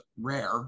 rare